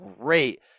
great